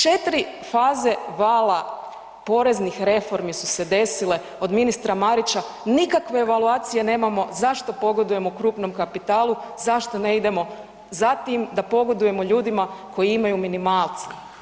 4 faze vala poreznih reformi su se desile od ministra Marića, nikakve evaluacije nemamo zašto pogodujemo krupnom kapitalu, zašto ne idemo za tim da pogodujemo ljudima koji imaju minimalce.